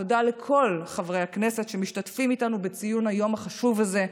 תודה לכל חברי הכנסת שמשתתפים איתנו בציון היום החשוב הזה.